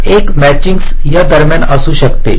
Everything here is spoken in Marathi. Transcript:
तर एक मॅचिंगस या दरम्यान असू शकते